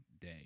day